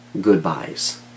goodbyes